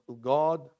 God